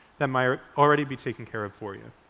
that might already be taken care of for you.